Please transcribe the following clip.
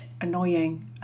annoying